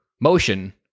motion